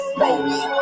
baby